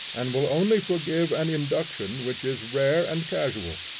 and will only forgive an induction which is rare and casual.